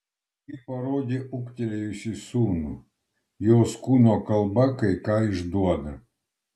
ji parodė ūgtelėjusį sūnų jos kūno kalba kai ką išduoda